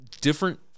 different